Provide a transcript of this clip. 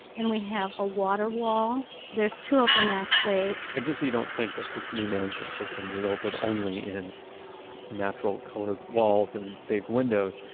and we have a water wall. there's two of them, actually and just so you don't think this new management system resulted only in natural-colored walls and big windows,